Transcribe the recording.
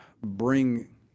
bring